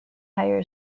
higher